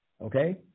Okay